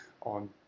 on